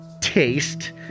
taste